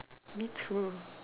me too